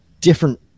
different